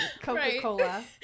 Coca-Cola